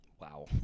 Wow